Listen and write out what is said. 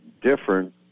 different